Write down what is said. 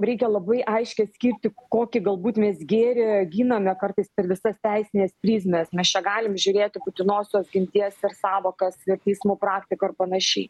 reikia labai aiškiai atskirti kokį galbūt mes gėrį giname kartais per visas teisines prizmes mes čia galim žiūrėti būtinosios ginties ir sąvokas ir teismų praktiką ir panašiai